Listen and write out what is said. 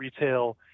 retail